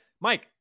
Mike